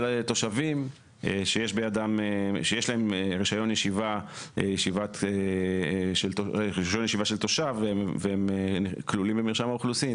התושבים שיש להם רישיון ישיבה של תושב והם כלולים במרשם האוכלוסין